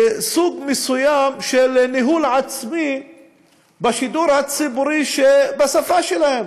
לסוג מסוים של ניהול עצמי בשידור הציבורי בשפה שלהם.